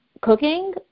cooking